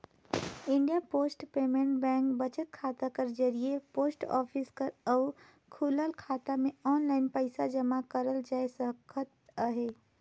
India post payment bank बचत खाता कर जरिए पोस्ट ऑफिस कर अउ खुलल खाता में आनलाईन पइसा जमा करल जाए सकत अहे